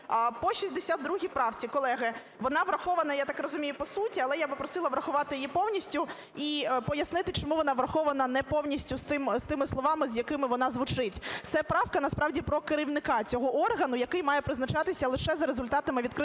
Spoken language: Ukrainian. По 62 правці, колеги, вона врахована я так розумію, по суті, але я би просила врахувати її повністю і пояснити чому вона врахована не повністю з тими словами, з якими вона звучить. Це правка насправді про керівника цього органу, який має призначатися лише за результатами відкритого